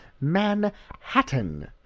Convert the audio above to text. Manhattan